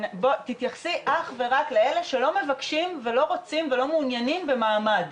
תתייחסי אך ורק לאלה שלא מבקשים ולא רוצים ולא מעוניינים במעמד,